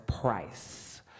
price